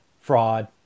fraud